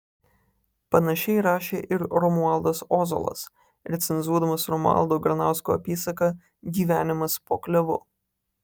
panašiai rašė ir romualdas ozolas recenzuodamas romualdo granausko apysaką gyvenimas po klevu